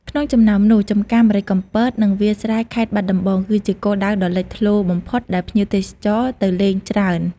ក្នុងចំណោមនោះ ចម្ការម្រេចកំពត និងវាលស្រែខេត្តបាត់ដំបង គឺជាគោលដៅដ៏លេចធ្លោបំផុតដែលភ្ញៀវទេសចរណ៍ទៅលេងច្រើន ។